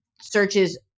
searches